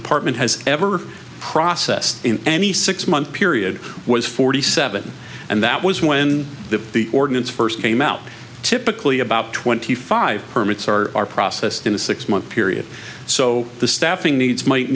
department has ever processed in any six month period was forty seven and that was when the the ordinance first came out typically about twenty five permits are processed in a six month period so the staffing needs might